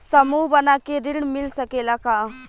समूह बना के ऋण मिल सकेला का?